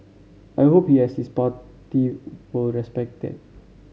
I hope he and his party will respect that